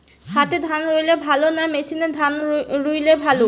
হাতে ধান রুইলে ভালো না মেশিনে রুইলে ভালো?